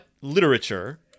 literature